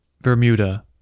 Bermuda